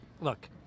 look